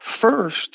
First